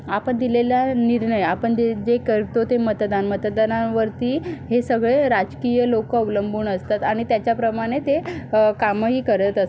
आपण दिलेला निर्णय आपण द जे करतो ते मतदान मतदानावरती हे सगळे राजकीय लोक अवलंबून असतात आणि त्याच्याप्रमाणे ते कामही करत असतात